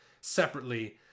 separately